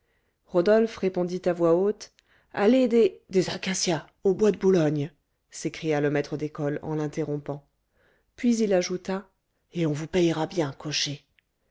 rodolphe répondit à voix haute allée des des acacias au bois de boulogne s'écria le maître d'école en l'interrompant puis il ajouta et on vous payera bien cocher